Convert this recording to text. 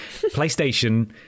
PlayStation